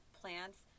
plants